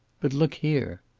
but look here!